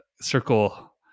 circle